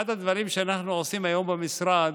אחד הדברים שאנחנו עושים היום במשרד